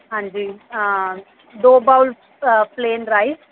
ਹਾਂਜੀ ਦੋ bowl plain rice